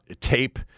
tape